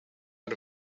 out